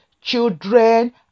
Children